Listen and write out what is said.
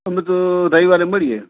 હમણાં તો રવિવારે મળીએ